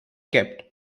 kept